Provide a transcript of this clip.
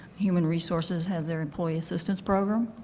human resources has their employee assistance program.